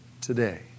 today